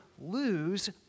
lose